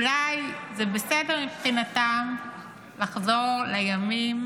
אולי זה בסדר מבחינתכם לחזור לימים